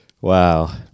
Wow